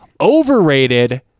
Overrated